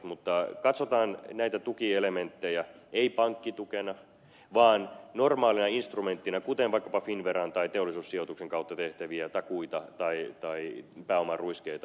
mutta katsotaan näitä tukielementtejä ei pankkitukena vaan normaalina instrumenttina kuten vaikkapa finnveran tai teollisuussijoituksen kautta tulevia takuita tai pääomaruiskeita käsitellään